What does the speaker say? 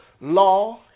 law